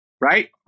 Right